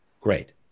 great